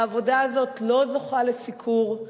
והעבודה הזאת לא זוכה לסיקור,